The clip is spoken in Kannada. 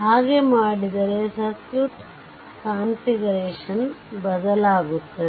ಹಾಗೆ ಮಾಡಿದರೆ ಸರ್ಕ್ಯೂಟ್ ಕಾನ್ಫಿಗರೇಶನ್ ಬದಲಾಗುತ್ತದೆ